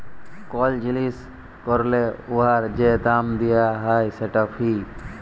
call জিলিস ক্যরলে উয়ার যে দাম দিয়া হ্যয় সেট ফি